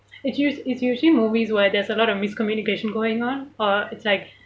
it's usu~ it's usually movies where there's a lot of miscommunication going on or it's like